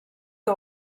que